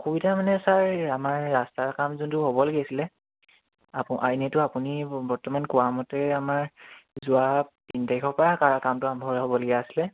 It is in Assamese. অসুবিধা মানে ছাৰ আমাৰ ৰাস্তাৰ কাম যোনটো হ'ব লাগিছিলে আপ এনেইতো আপুনি বৰ্তমান কোৱামতে আমাৰ যোৱা তিনি তাৰিখৰ পৰা কাৰ কামটো আৰম্ভ হ'বলগীয়া আছিলে